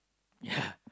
ya